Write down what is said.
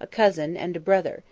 a cousin, and a brother